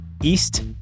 East